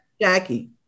Jackie